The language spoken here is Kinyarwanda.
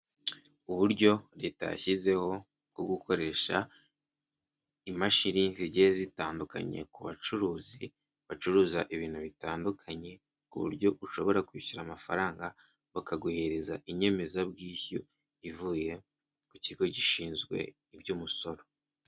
Uburyo leta yashyizeho bwo gukoresha imashini zigiye zitandukanye ku bacuruzi bacuruza ibintu bitandukanye, ku buryo ushobora kwishyura amafaranga bakaguhereza inyemezabwishyu ivuye ku kigo gishinzwe iby'umusoro.